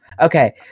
Okay